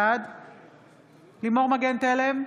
בעד לימור מגן תלם,